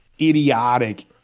idiotic